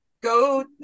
go